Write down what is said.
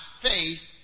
faith